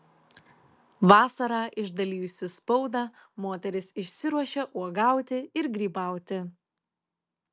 vasarą išdalijusi spaudą moteris išsiruošia uogauti ir grybauti